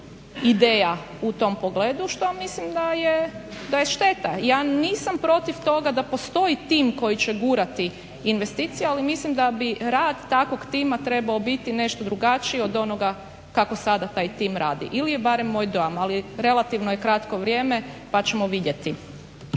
ideja u tom pogledu što mislim da je šteta. Ja nisam protiv toga da postoji tim koji će gurati investicije, ali mislim da bi rad takvog tima trebao biti nešto drugačije od onoga kako sada taj tim radi ili je barem moj dojam, ali relativno je kratko vrijeme pa ćemo vidjeti.